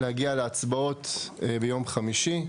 להגיע להצבעות ביום חמישי,